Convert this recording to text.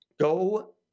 Go